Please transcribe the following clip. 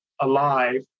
alive